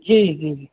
जी जी जी